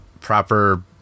proper